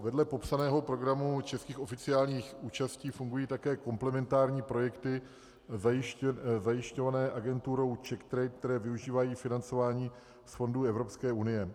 Vedle popsaného programu českých oficiálních účastí fungují také komplementární projekty zajišťované agenturou CzechTrade, které využívají financování z fondů Evropské unie.